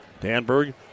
Danberg